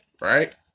Right